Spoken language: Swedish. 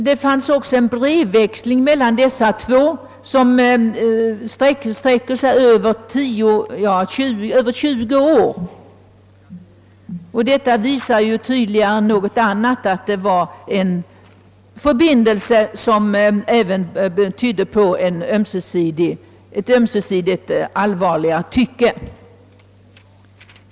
Det förekom också en brevväxling mellan dessa två som sträckte sig över 20 år. Detta visar tydligare än något annat att denna förbindelse även tydde på ett ömsesidigt allvarligare tycke.